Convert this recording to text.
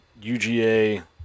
UGA